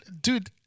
Dude